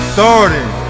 Starting